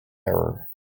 error